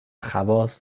خواص